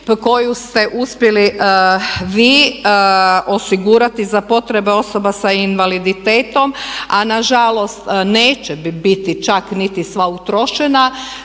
koju ste uspjeli vi osigurati za potrebe osoba sa invaliditetom, a na žalost neće biti čak niti sva utrošena